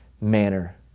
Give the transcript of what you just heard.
manner